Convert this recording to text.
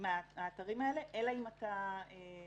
מהאתרים אלה אלא אם אתה משלם,